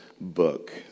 book